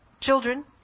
children